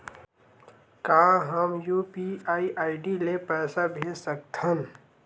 का हम UPI ID ले पईसा भेज सकथन?